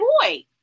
boy